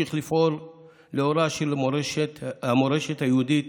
נמשיך לפעול לאורה של המורשת היהודית